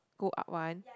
go up one